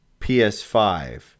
ps5